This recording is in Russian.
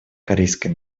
корейской